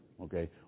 okay